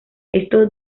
esto